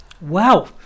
Wow